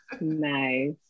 nice